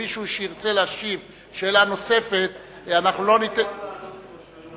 ומישהו שירצה לשאול שאלה נוספת, אנחנו לא, האם